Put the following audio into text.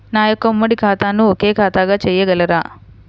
నా యొక్క ఉమ్మడి ఖాతాను ఒకే ఖాతాగా చేయగలరా?